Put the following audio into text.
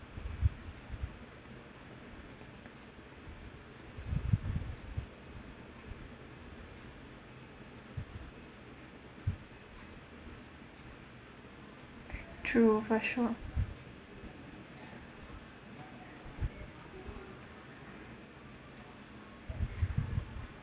true for sure